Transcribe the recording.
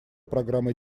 программы